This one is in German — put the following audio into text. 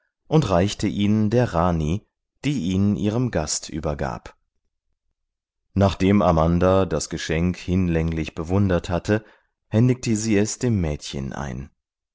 und reichte ihn der rani die ihn ihrem gast übergab nachdem amanda das geschenk hinlänglich bewundert hatte händigte sie es dem mädchen ein